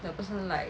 the person like